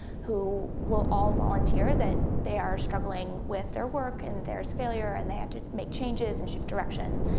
who will all volunteer that they are struggling with their work, and there's failure, and they have to make changes and shift direction.